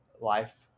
life